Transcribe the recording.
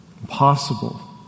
Impossible